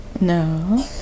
No